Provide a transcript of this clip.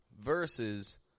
versus